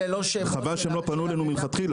לא חברת אשראי מופרדת,